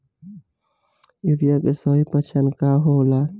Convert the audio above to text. Urea के सही पहचान का होला?